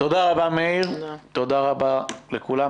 תודה רבה, מאיר שפיגלר, תודה רבה לכולם.